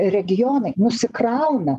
regionai nusikrauna